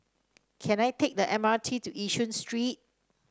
can I take the M R T to Yishun Street